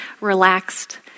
relaxed